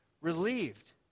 relieved